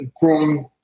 growing